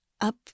up